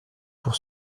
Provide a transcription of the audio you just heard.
pour